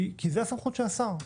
כי זה הסמכות של השר.